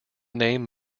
name